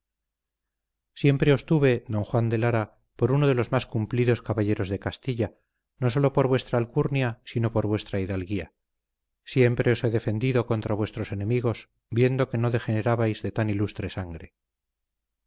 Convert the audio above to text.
os tuve don juan de lara por uno de los más cumplidos caballeros de castilla no sólo por vuestra alcurnia sino por vuestra hidalguía siempre os he defendido contra vuestros enemigos viendo que no degenerabais de tan ilustre sangre